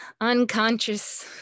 unconscious